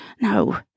No